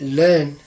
learn